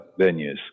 venues